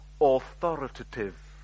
authoritative